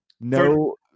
No